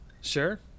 Sure